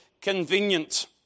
convenient